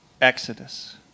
exodus